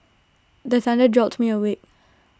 the thunder jolt me awake